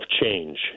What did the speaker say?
change